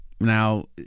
now